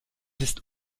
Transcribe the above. ist